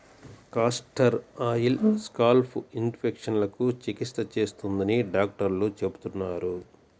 castor oil scalp ఇన్ఫెక్షన్లకు చికిత్స చేస్తుందని డాక్టర్లు చెబుతున్నారు